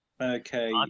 Okay